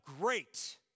great